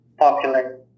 popular